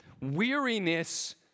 Weariness